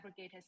aggregators